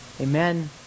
Amen